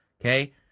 Okay